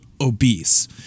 obese